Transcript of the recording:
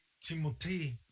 Timothy